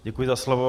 Děkuji za slovo.